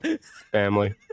Family